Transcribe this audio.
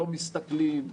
לא מסתכלים,